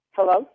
Hello